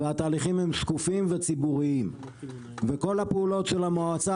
והתהליכים הם שקופים וציבוריים וכל הפעילות של המועצה